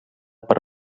per